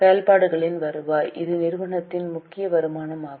செயல்பாடுகளின் வருவாய் இது நிறுவனத்தின் முக்கிய வருமானமாகும்